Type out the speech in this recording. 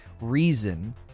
reason